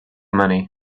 money